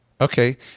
Okay